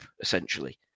essentially